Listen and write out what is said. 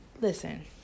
listen